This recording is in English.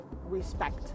respect